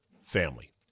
family